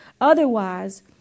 Otherwise